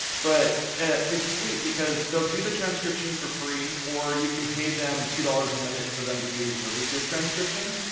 but it's sweet because they'll do the transcription for free, or you can pay them two dollars a minute for them to do really good transcriptions.